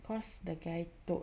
cause the guy told